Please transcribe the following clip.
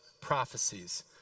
prophecies